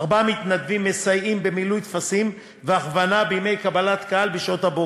ארבעה מתנדבים מסייעים במילוי טפסים והכוונה בימי קבלת קהל בשעות הבוקר,